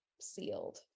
sealed